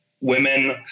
women